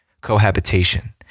cohabitation